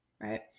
Right